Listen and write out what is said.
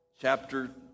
chapter